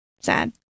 sad